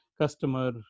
customer